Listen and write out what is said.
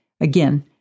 Again